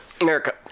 America